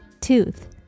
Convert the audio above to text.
tooth